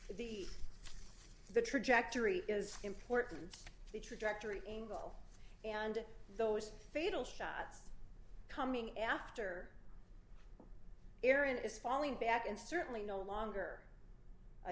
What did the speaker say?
to be the trajectory is important the trajectory angle and those fatal shots coming after erin is falling back and certainly no longer a